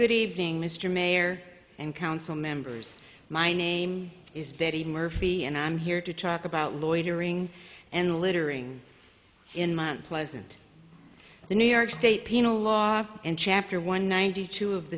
good evening mr mayor and council members my name is betty murphy and i'm here to talk about loitering and littering in my pleasant the new york state penal law and chapter one ninety two of